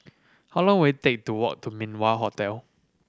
how long will it take to walk to Min Wah Hotel